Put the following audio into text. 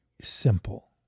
simple